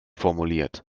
formuliert